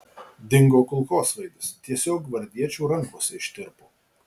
dingo kulkosvaidis tiesiog gvardiečių rankose ištirpo